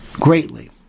Greatly